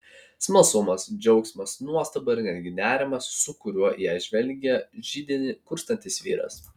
smalsumas džiaugsmas nuostaba ir netgi nerimas su kuriuo į ją žvelgė židinį kurstantis vyras